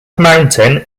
mountain